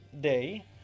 day